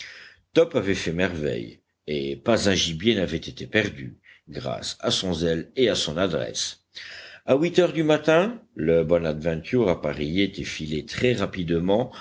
top avait fait merveille et pas un gibier n'avait été perdu grâce à son zèle et à son adresse à huit heures du matin le bonadventure appareillait et filait très rapidement